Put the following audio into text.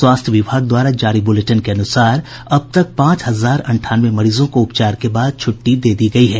स्वास्थ्य विभाग द्वारा जारी बुलेटिन के अनुसार अब तक पांच हजार अंठानवे मरीजों को उपचार के बाद छुट्टी दे दी गयी है